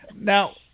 now